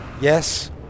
Yes